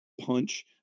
punch